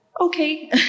okay